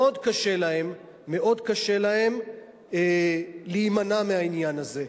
מאוד קשה להם להימנע מהעניין הזה.